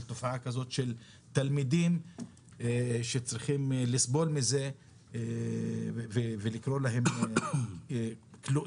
תופעה כזאת של תלמידים שצריכים לסבול מזה ולקרוא להם כלואים.